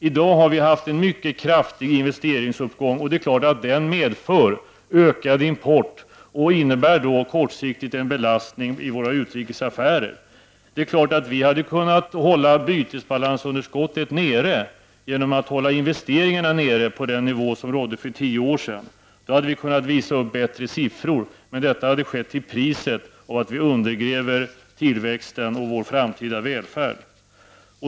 I dag har vi haft en mycket kraftig investeringsuppgång, och det är klart att den medför en ökning av importen, vilket kortsiktigt innebär en belastning på våra utrikesaffärer. Det är klart att vi hade kunnat hålla bytesbalansunderskottet nere genom att hålla investeringarna nere på den nivå som rådde för tio år sedan. Då hade vi kunnat visa upp bättre siffror, men detta hade skett till priset av att vi undergrävt tillväxten och vår framtida välfärd.